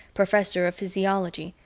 professor of physiology,